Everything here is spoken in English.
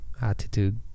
attitude